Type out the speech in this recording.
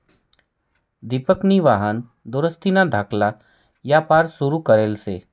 दिपकनी वाहन दुरुस्तीना धाकला यापार सुरू करेल शे